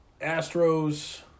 Astros